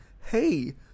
hey